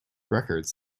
records